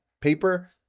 paper